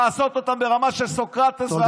לעשות אותם ברמה של סוקרטס ואפלטון.